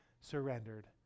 surrendered